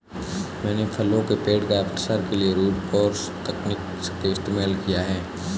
मैंने फलों के पेड़ का प्रसार के लिए रूट क्रॉस तकनीक का सदैव इस्तेमाल किया है